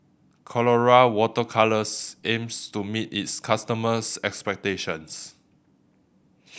Colora Water Colours aims to meet its customers' expectations